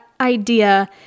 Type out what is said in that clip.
idea